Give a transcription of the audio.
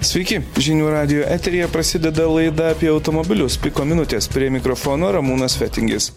sveiki žinių radijo eteryje prasideda laida apie automobilius piko minutės prie mikrofono ramūnas fetingis